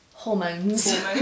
hormones